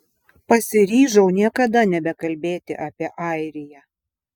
pasiryžau niekada nebekalbėti apie airiją